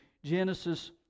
Genesis